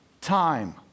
time